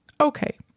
Okay